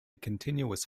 continuous